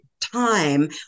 time